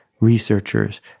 researchers